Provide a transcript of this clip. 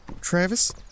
Travis